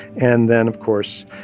and then of course,